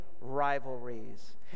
rivalries